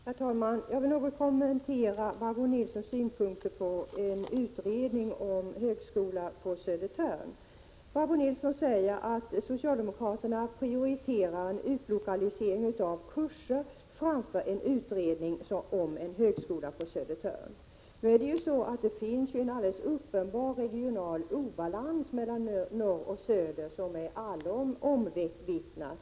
Herr talman! Jag vill något kommentera Barbro Nilssons synpunkter på en utredning om en högskola på Södertörn. Barbro Nilsson säger att socialdemokraterna prioriterar en utlokalisering av kurser framför en utredning om en högskola på Södertörn. Det finns ju en alldeles uppenbar regional obalans mellan norr och söder som är allom omvittnad.